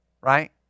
Right